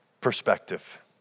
Perspective